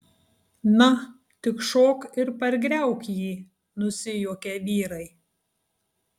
na tik šok ir pargriauk jį nusijuokė vyrai